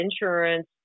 insurance